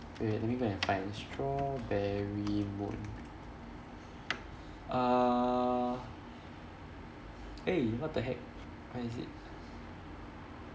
wait wait let me go and find strawberry moon uh eh what the heck where is it